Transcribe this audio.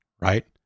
right